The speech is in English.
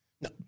No